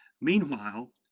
Meanwhile